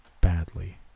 Badly